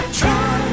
try